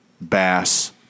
bass